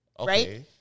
Right